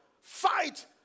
Fight